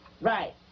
Right